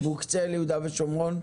מוקצה ליהודה ושומרון?